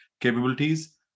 capabilities